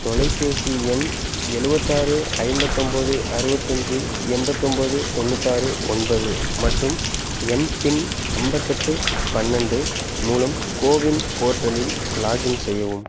தொலைபேசி எண் எழுபத்தாறு ஐம்பத்தொம்போது அறுபத்தஞ்சி எண்பத்தொம்போது தொண்ணூத்தாறு ஒன்பது மற்றும் எம்பின் ஐம்பத்தெட்டு பன்னெண்டு மூலம் கோவின் போர்ட்டலில் லாகின் செய்யவும்